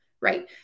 right